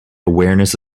awareness